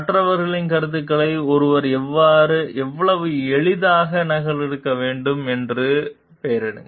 மற்றவர்களின் கருத்துக்களை ஒருவர் எவ்வளவு எளிதாக நகலெடுக்க வேண்டும் என்று பெயரிடுங்கள்